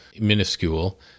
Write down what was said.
minuscule